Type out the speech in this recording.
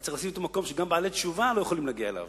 אני צריך לשים אותו במקום שגם בעלי תשובה לא יכולים להגיע אליו.